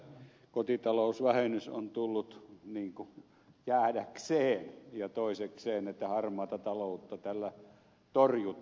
täällä on todettu että kotitalousvähennys on tullut niin kuin jäädäkseen ja toisekseen että harmaata taloutta tällä torjutaan